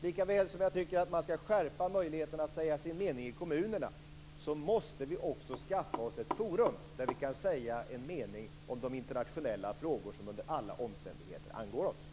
Lika väl som jag tycker att man skall öka möjligheterna att säga sin mening i kommunerna måste vi också skaffa oss ett forum där vi kan säga vår mening om de internationella frågor som under alla omständigheter angår alla oss.